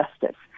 Justice